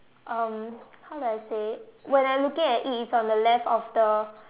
um how do I say when I looking at it it's on the left of the